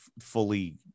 fully